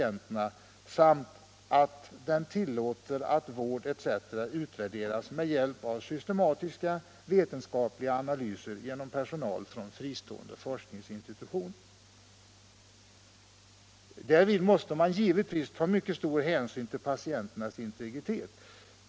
180 givetvis ta mycket stor hänsyn till patienternas integritet.